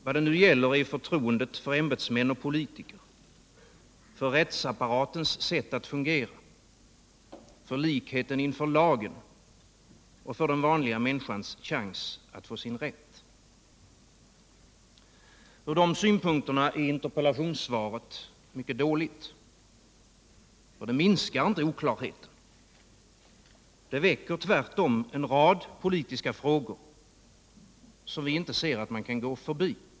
Vad det nu giller är förtroendet för ämbetsmän och politiker, för rältsapparatens sätt att fungera, för likheten inför lagen och för den vanliga människans chans att få sin rätt. Ur de synpunkterna är interpellationssvaret mycket dåligt. Det minskar inte oklarheten. Det väcker tvärtom en rad politiska frågor som vi inte ser att man kan 2å förbi.